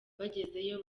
bagezeyo